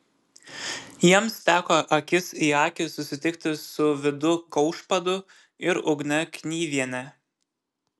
jiems teko akis į akį susitikti su vidu kaušpadu ir ugne knyviene